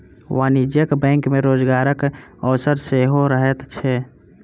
वाणिज्यिक बैंक मे रोजगारक अवसर सेहो रहैत छै